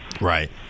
Right